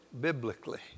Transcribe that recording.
Biblically